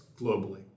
globally